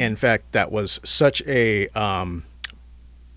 in fact that was such a